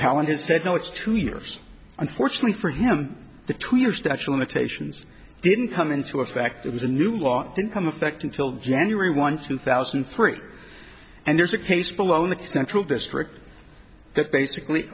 paladin said no it's two years unfortunately for him the two years the actual imitations didn't come into effect it was a new law didn't come effect until january one two thousand and three and there's a case below in the central district that basically